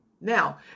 Now